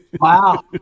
Wow